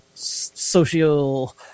Social